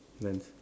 lens